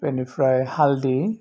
बिनिफ्राइ हालदि